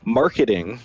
marketing